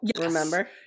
Remember